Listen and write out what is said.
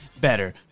better